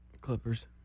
Clippers